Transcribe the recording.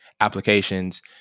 applications